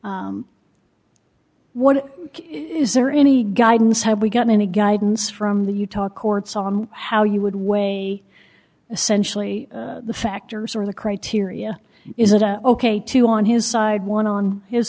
what is there any guidance have we gotten any guidance from the utah courts on how you would weigh essentially the factors or the criteria is it ok to on his side want to on his